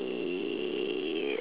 err